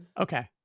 okay